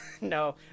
No